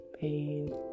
pain